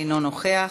אינו נוכח.